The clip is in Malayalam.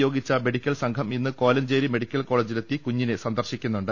നിയോ ഗിച്ച മെഡിക്കൽ സംഘം ഇന്ന് കോലഞ്ചേരി മെഡിക്കൽ കോളെ ജിലെത്തി കുഞ്ഞിനെ സന്ദർശിക്കുന്നുണ്ട്